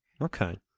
Okay